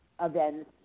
events